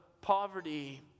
poverty